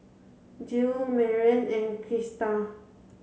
Jiles Maren and Krista